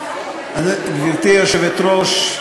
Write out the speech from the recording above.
גברתי היושבת-ראש,